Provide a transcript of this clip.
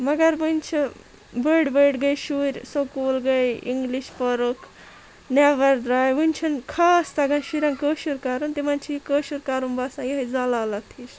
مگر وۄنۍ چھِ بٔڑۍ بٔڑۍ گٔے شُرۍ سکوٗل گٔے اِنٛگلِش پوٚرُکھ نٮ۪بَر درٛاے وٕنہِ چھِنہٕ خاص تَگان شُرٮ۪ن کٲشُر کَرُن تِمَن چھِ یہِ کٲشُر کَرُن باسان یِہٕے ذلالت ہِش